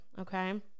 okay